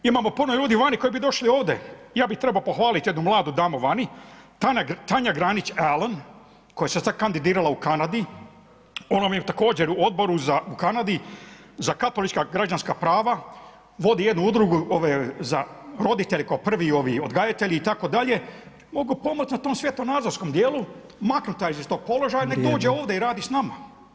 Imamo puno ljudi vani koji bi došli ovdje, ja bih trebao pohvaliti jednu mladu damu vani, Tanja Granić … koja se sada kandidirala u Kanadi, ona vam je također u odboru u Kanadi za katolička građanska prava, vodi jednu udrugu za roditelje kao prvi odgajatelji itd., mogu pomoć na tom svjetonazorskom djelu, maknuti je sa tog položaja, neka dođe ovdje i radi s nama.